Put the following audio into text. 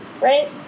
right